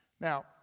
Now